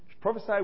prophesy